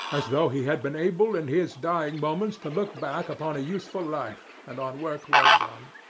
as though he had been able in his dying moments to look back upon a useful life, and on work well done.